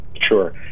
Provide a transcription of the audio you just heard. sure